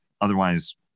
Otherwise